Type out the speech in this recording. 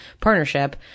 partnership